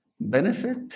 benefit